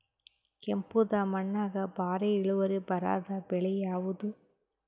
ಕೆಂಪುದ ಮಣ್ಣಾಗ ಭಾರಿ ಇಳುವರಿ ಬರಾದ ಬೆಳಿ ಯಾವುದು?